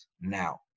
Now